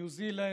ניו זילנד,